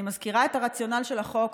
אני מזכירה את הרציונל של החוק,